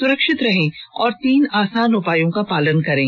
सुरक्षित रहें और तीन आसान उपायों का पालन करें